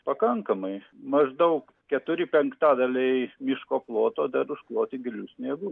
pakankamai maždaug keturi penktadaliai miško ploto dar užkloti giliu sniegu